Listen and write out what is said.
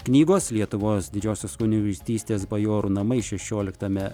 knygos lietuvos didžiosios kunigaikštystės bajorų namai šešioliktame